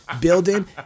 building